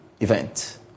event